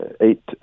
eight